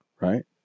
Right